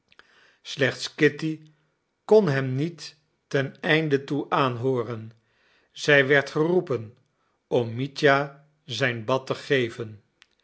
slechts kitty kon hem niet ten einde toe aanhooren zij werd geroepen om mitja zijn bad te geven